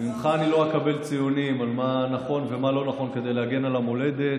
ממך אני לא אקבל ציונים על מה נכון ומה לא נכון כדי להגן על המולדת.